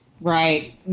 Right